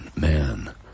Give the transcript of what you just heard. Man